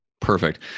Perfect